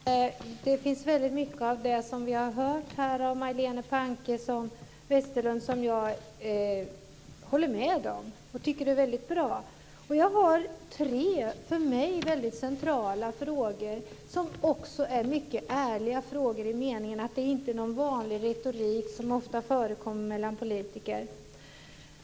Herr talman! Det finns väldigt mycket av det vi har hört här av Majléne Westerlund Panke som jag håller med om och tycker är väldigt bra. Jag har tre för mig väldigt centrala frågor som också är mycket ärliga frågor i den meningen att det inte är någon vanlig retorik som ofta förekommer mellan politiker.